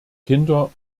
kinder